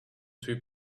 two